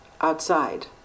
outside